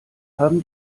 haben